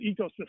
ecosystem